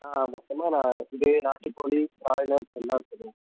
ஆ மொத்தமாக நான் இதே நாட்டுக்கோழி ப்ராயிலர் எல்லா கோழியும்